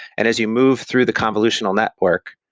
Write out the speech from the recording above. and as you move through the convolutional network,